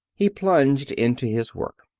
he plunged into his work.